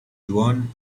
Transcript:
juan